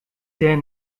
sehr